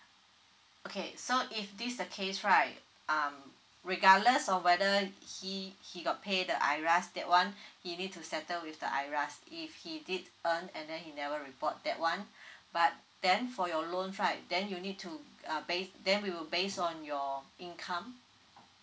okay so if this the case right um regardless of whether he he got pay the iras that one he need to settle with the iras if he did earn and then he never report that one but then for your loan right then you need to uh base then we will base on your income